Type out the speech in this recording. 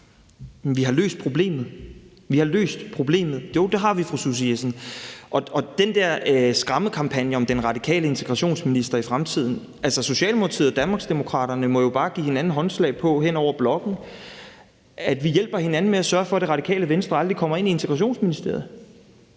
Vi har løst problemet. Jo, vi har løst problemet, fru Susie Jessen. Og til den der skræmmekampagne om den radikale integrationsminister i fremtiden vil jeg sige, at Socialdemokratiet og Danmarksdemokraterne bare må give hinanden håndslag på hen over blokkene, at vi hjælper hinanden med at sørge for, at Radikale Venstre aldrig kommer ind i Integrationsministeriet